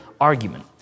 argument